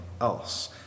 else